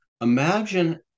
Imagine